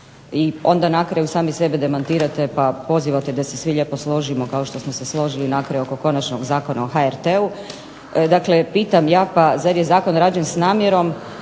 i onda na kraju sami sebe demantirate pa pozivate da se svi lijepo složimo kao što smo se složili na kraju oko konačnog Zakona o HRT-u. Dakle, pitam ja pa zar je zakon rađen s namjerom